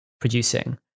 producing